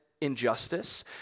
injustice